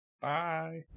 Bye